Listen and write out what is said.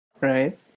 Right